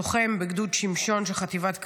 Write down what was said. לוחם בגדוד שמשון של חטיבת כפיר,